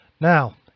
Now